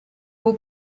will